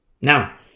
Now